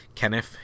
Kenneth